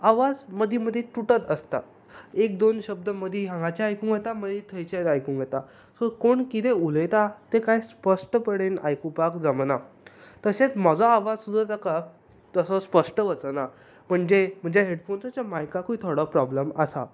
आवाज मदीं मदीं तुटत आसता एक दोन शब्द मदीं हांगाचे आयकूंक येता मदीं थंयचें आयकूंक येता सो कोण कितें उलयता तें काय स्पश्टपणान आयकूंक जमना सो तशेंच म्हजो आवाज सुद्दां ताका स्पश्ट वचना पूण त्या हेडफोन्साच्या मायकाकूय थोडो प्रोब्लम आसा